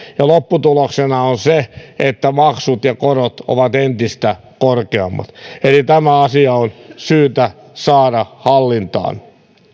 ja lopputuloksena on se että maksut ja korot ovat entistä korkeammat eli tämä asia on syytä saada hallintaan